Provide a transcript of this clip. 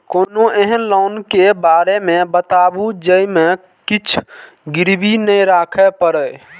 कोनो एहन लोन के बारे मे बताबु जे मे किछ गीरबी नय राखे परे?